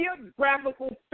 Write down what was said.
geographical